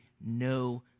no